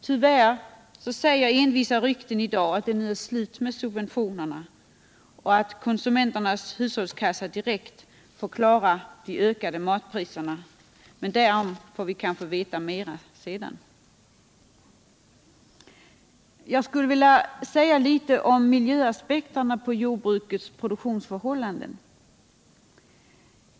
Tyvärr säger envisa rykten i dag att det nu är slut med subventionerna och att konsumenternas hushållskassa direkt får klara de ökade matpriserna. Men därom kanske vi får veta mera sedan. Jag skulle vilja säga litet om miljöaspekterna på jordbrukets produktionsförhållanden.